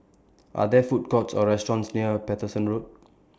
Are There Food Courts Or restaurants near Paterson Road